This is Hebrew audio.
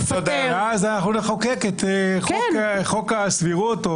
ואז אנחנו נחוקק את חוק הסבירות או